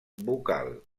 vocal